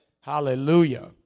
Hallelujah